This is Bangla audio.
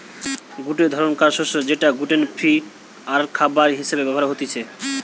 গটে ধরণকার শস্য যেটা গ্লুটেন ফ্রি আরখাবার হিসেবে ব্যবহার হতিছে